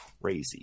crazy